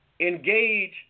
engage